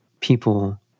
people